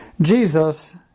Jesus